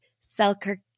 Selkirk